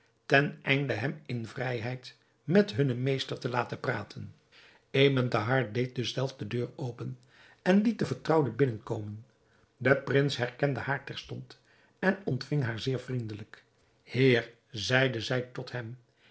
verlaten teneinde hem in vrijheid met hunnen meester te laten spreken ebn thahar deed dus zelf de deur open en liet de vertrouwde binnen komen de prins herkende haar terstond en ontving haar zeer vriendelijk heer zeide zij tot hem